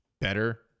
better